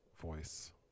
voice